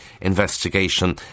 investigation